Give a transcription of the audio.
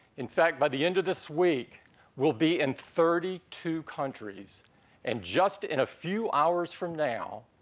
in fact, by the end of this week we'll be in thirty two countries and just in a few hours from now,